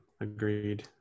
agreed